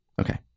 Okay